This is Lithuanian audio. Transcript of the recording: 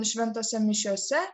šventose mišiose